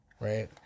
right